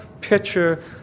picture